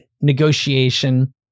negotiation